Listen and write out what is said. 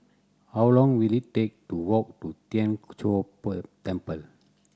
how long will it take to walk to Tien Chor Temple